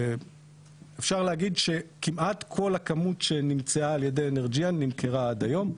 אפשר להגיד שכמעט כל הכמות שנמצאה על ידי אנרג'יאן נמכרה עד היום.